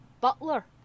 butler